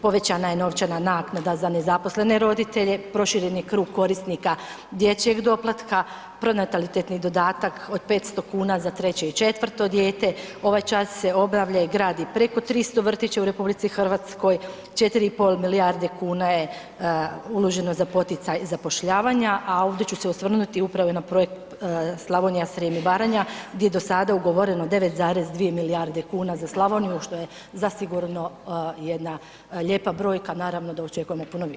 Povećana je novčana naknada za nezaposlene roditelje, proširen je krug korisnika dječjeg doplatka, pronatalitetni dodatak od 500 kuna za 3. i 4. dijete, ovaj čas se obnavlja i gradi preko 300 vrtića u RH, 4,5 milijarde kuna je uloženo za poticaj zapošljavanja, a ovdje ću se osvrnuti upravo i na projekt Slavonija, Srijem i Baranja, gdje je do sada ugovoreno 9,2 milijarde kuna za Slavoniju, što je zasigurno jedna lijepa brojka, naravno da očekujemo i puno više.